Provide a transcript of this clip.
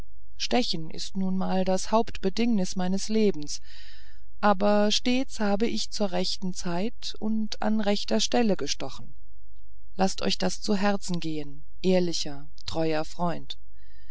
stechen ist nun einmal das hauptbedingnis meines seins aber stets habe ich zu rechter zeit und an rechter stelle gestochen laßt euch das zu herzen gehen ehrlicher treuer freund